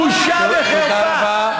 בושה וחרפה.